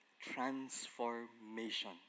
transformation